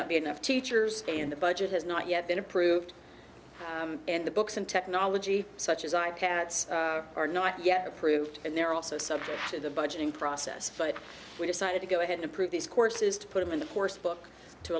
not be enough to stay in the budget has not yet been approved and the books and technology such as i cats are not yet approved and they're also subject to the budgeting process but we decided to go ahead and approve these courses to put them in the course book to